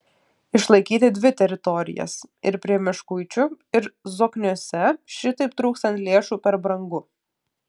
išlaikyti dvi teritorijas ir prie meškuičių ir zokniuose šitaip trūkstant lėšų per brangu